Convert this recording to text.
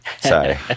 Sorry